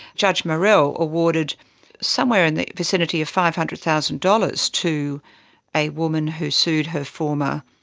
judge murrell awarded somewhere in the vicinity of five hundred thousand dollars to a woman who sued her former,